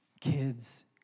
kids